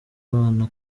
abana